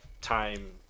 time